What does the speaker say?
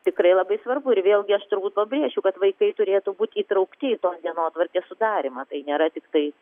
tikrai labai svarbu ir vėlgi aš turbūt pabrėšiu kad vaikai turėtų būt įtraukti į tos dienotvarkės sudarymą tai nėra tiktai